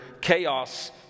chaos